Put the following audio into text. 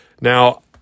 Now